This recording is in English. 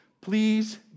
please